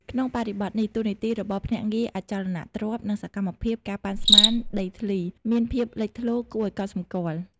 ក្នុងបរិបទនេះ តួនាទីរបស់ ភ្នាក់ងារអចលនទ្រព្យ និងសកម្មភាព ការប៉ាន់ស្មាន ដីធ្លី មានភាពលេចធ្លោគួរឲ្យកត់សម្គាល់។